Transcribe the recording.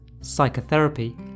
psychotherapy